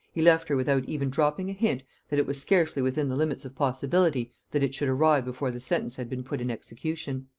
he left her without even dropping a hint that it was scarcely within the limits of possibility that it should arrive before the sentence had been put in execution.